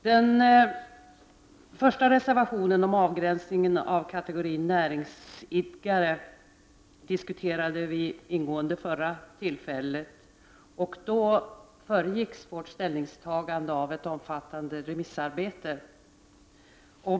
Den första reservationen handlar om avgränsningen av kategorin närings idkare, något som vi diskuterade ingående vid förra tillfället. Vårt ställningstagande föregicks då av ett omfattande remissarbete.